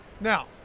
now